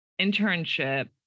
internship